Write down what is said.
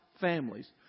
families